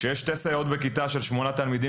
כשיש שתי סייעות בכיתה של שמונה תלמידים